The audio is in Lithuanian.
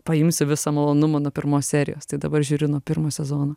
paimsiu visą malonumą nuo pirmos serijos tai dabar žiūriu nuo pirmo sezono